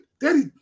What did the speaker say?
Daddy